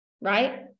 right